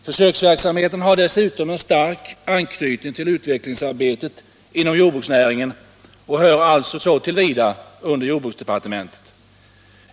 Försöksverksamheten har dessutom en stark anknytning till utvecklingsarbetet inom jordbruksnäringen och hör alltså så till vida under jordbruksdepartementet.